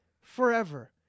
forever